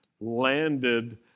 landed